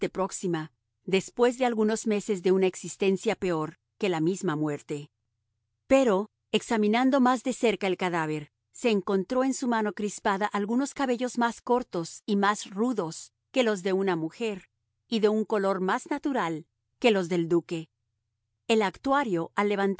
próxima después de algunos meses de una existencia peor que la misma muerte pero examinando más de cerca el cadáver se encontró en su mano crispada algunos cabellos más cortos y más rudos que los de una mujer y de un color más natural que los del duque el actuario